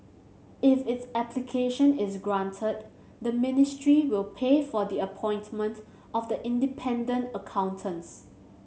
if its application is granted the ministry will pay for the appointment of the independent accountants